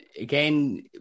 Again